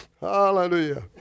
Hallelujah